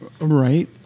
Right